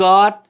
God